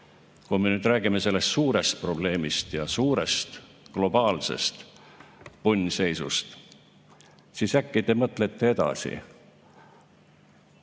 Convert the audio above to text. Kui me nüüd räägime sellest suurest probleemist ja suurest globaalsest punnseisust, siis äkki te mõtlete edasi,